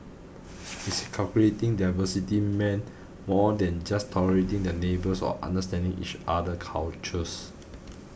he said corporate in their diversity meant more than just tolerating the neighbours or understanding each other cultures